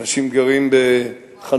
אנשים גרים בחנויות,